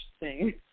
interesting